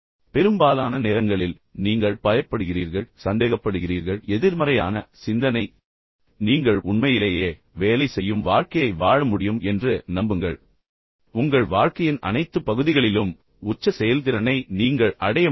பெரும்பாலான நேரங்களில் நீங்கள் பயப்படுகிறீர்கள் சந்தேகப்படுகிறீர்கள் எதிர்மறையான சிந்தனை குரங்கு போல் மனதில் சிதறடிக்கிறது உங்களால் அதைச் செய்ய முடியாது என்று ஆனால் நீங்கள் உண்மையிலேயே வேலை செய்யும் வாழ்க்கையை வாழ முடியும் என்று நம்புங்கள் உங்கள் வாழ்க்கையின் அனைத்து பகுதிகளிலும் உச்ச செயல்திறனை நீங்கள் அடைய முடியும்